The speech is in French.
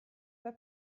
pas